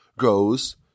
Goes